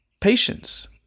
patience